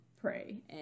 pray